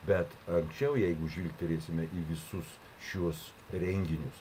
bet anksčiau jeigu žvilgterėsime į visus šiuos renginius